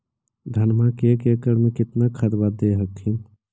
धनमा मे एक एकड़ मे कितना खदबा दे हखिन?